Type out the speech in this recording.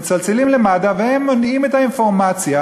מצלצלים למד"א והם מונעים את האינפורמציה,